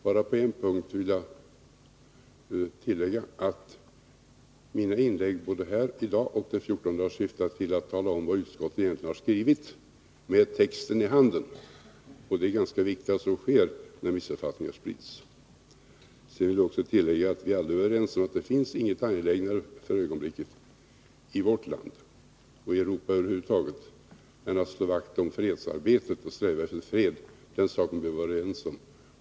Jag vill emellertid tillägga att mina inlägg både här i dag och för 14 dagar sedan syftar till att tala om — med texten i handen — vad utskottet egentligen har skrivit, och det är ganska viktigt att så sker, när missuppfattningar sprids. Vidare vill jag tillägga att vi alla är överens om att det inte finns något angelägnare för ögonblicket i vårt land och i Europa över huvud taget än att slå vakt om fredsarbetet och sträva efter fred. Den saken bör vi vara överens om.